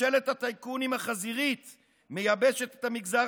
ממשלת הטייקונים החזירית מייבשת את המגזר